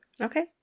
Okay